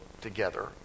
together